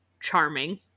charming